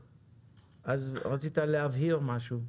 רצית להבהיר משהו.